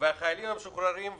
החיילים המשוחררים,